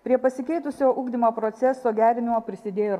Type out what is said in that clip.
prie pasikeitusio ugdymo proceso gerinimo prisidėjo ir